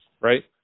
right